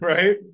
Right